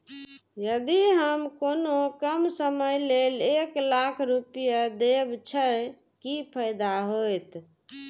यदि हम कोनो कम समय के लेल एक लाख रुपए देब छै कि फायदा होयत?